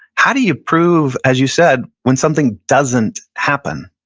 how do you prove, as you said, when something doesn't happen?